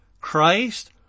Christ